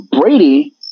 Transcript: Brady